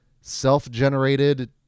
self-generated